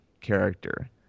character